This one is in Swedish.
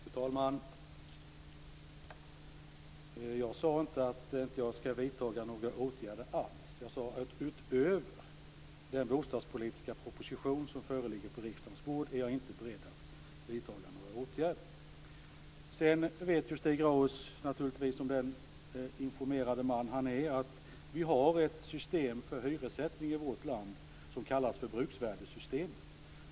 Fru talman! Jag sade inte att jag inte skall vidta några åtgärder alls. Jag sade att jag utöver den bostadspolitiska propositionen som ligger på riksdagens bord inte är beredd att vidta några åtgärder. Sedan vet naturligtvis Stig Grauers, som den informerade man han är, att vi har ett system för hyressättning i vårt land som kallas för bruksvärdessystemet.